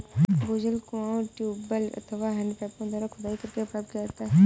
भूजल कुओं, ट्यूबवैल अथवा हैंडपम्पों द्वारा खुदाई करके प्राप्त किया जाता है